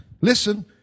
listen